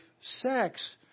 sex